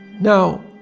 Now